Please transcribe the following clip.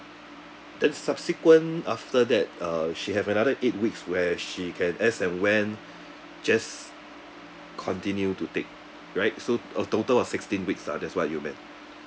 then subsequent after that uh she have another eight weeks where she can as and when just continue to take right so a total of sixteen weeks lah that's what you meant